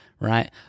Right